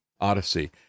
Odyssey